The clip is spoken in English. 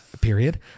period